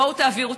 בואו ותעבירו.